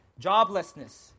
joblessness